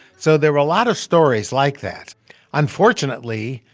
so there were a lot of stories like that unfortunately,